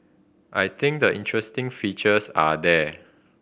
I think the interesting features are there